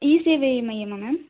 இ சேவை மையமா மேம்